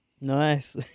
Nice